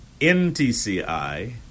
NTCI